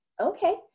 okay